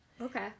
okay